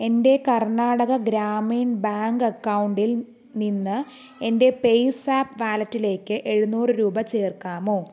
എൻ്റെ കർണാടക ഗ്രാമീൺ ബാങ്ക് അക്കൗണ്ടിൽ നിന്ന് എൻ്റെ പേയ്സാപ്പ് വാലറ്റിലേക്ക് എഴുന്നൂറ് രൂപ ചേർക്കാമോ